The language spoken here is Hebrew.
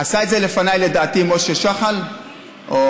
עשה את זה לפניי, לדעתי, משה שחל או,